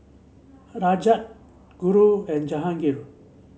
Rajat Guru and Jahangir